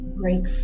break